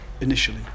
initially